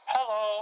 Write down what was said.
Hello